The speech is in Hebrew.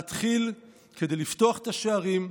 להתחיל כדי לפתוח את השערים,